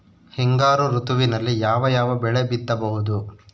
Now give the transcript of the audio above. ಹಿಂಗಾರು ಋತುವಿನಲ್ಲಿ ಯಾವ ಯಾವ ಬೆಳೆ ಬಿತ್ತಬಹುದು?